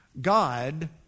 God